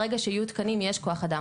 ברגע שיהיו תקנים, יש כוח אד.